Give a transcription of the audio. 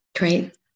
Great